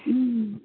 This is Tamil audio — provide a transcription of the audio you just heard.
ம்